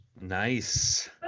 Nice